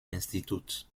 institut